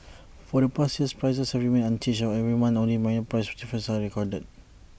for the past years prices have remained unchanged and every month only minor price differences are recorded